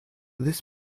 this